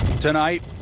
Tonight